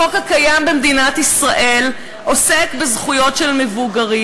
החוק הקיים במדינת ישראל עוסק בזכויות של מבוגרים.